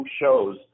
shows